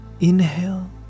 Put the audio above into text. Inhale